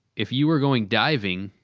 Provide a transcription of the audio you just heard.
if you were going diving,